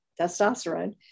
testosterone